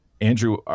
Andrew